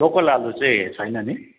local आलु चाहिँ छैन नि